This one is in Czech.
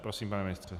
Prosím, pane ministře.